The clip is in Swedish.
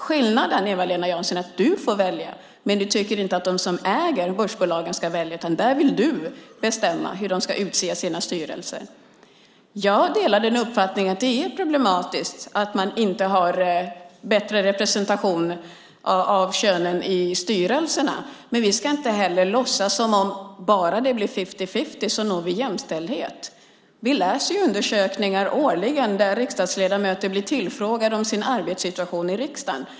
Skillnaden, Eva-Lena Jansson, är att du får välja, men du tycker inte att de som äger börsbolagen ska välja. Du vill bestämma hur de ska utse styrelser. Jag delar uppfattningen att det är problematiskt att man inte har bättre representation av könen i styrelserna, men vi ska inte låtsas som att vi når jämställdhet bara det blir fifty-fifty. Vi läser ju årligen undersökningar där riksdagsledamöter blir tillfrågade om sin arbetssituation i riksdagen.